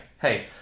Hey